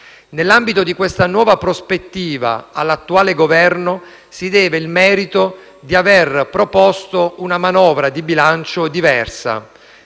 Nell'ambito di questa nuova prospettiva, all'attuale Governo si deve il merito di aver proposto una manovra di bilancio diversa: